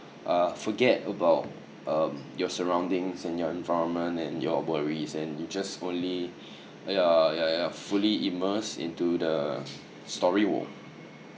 uh forget about um your surroundings and your environment and your worries and you just only you're you're you're fully immersed into the story w~